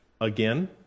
again